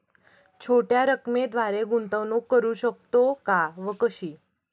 छोट्या रकमेद्वारे गुंतवणूक करू शकतो का व कशी?